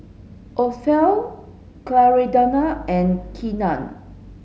Othel Clarinda and Keenan